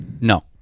No